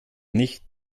nicht